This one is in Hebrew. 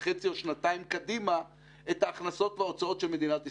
שנתיים קדימה את ההכנסות וההוצאות של מדינת ישראל?